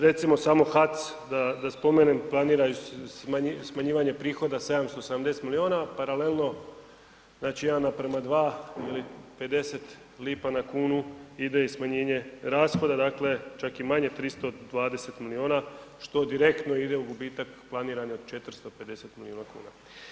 Recimo samo HAC da spomenem planira smanjivanje prihoda 770 miliona, a paralelno znači 1 naprema 2 ili 50 lipa na kunu ide i smanjenje rashoda, dakle čak i manje 320 miliona što direktno ide u gubitak planirani od 450 miliona kuna.